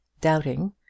doubting